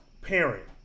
parent